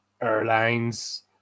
airlines